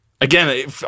again